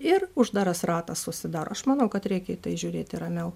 ir uždaras ratas užsidaro aš manau kad reikia žiūrėti ramiau